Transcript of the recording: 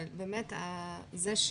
אבל זה,